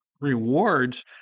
rewards